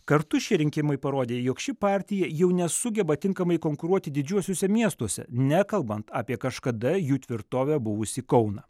kartu šie rinkimai parodė jog ši partija jau nesugeba tinkamai konkuruoti didžiuosiuose miestuose nekalbant apie kažkada jų tvirtove buvusį kauną